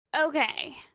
Okay